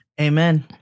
Amen